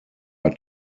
are